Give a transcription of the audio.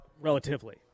Relatively